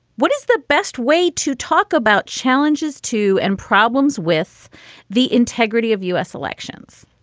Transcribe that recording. what is the best way to talk about challenges to and problems with the integrity of u s. elections?